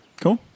Cool